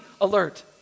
alert